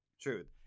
truth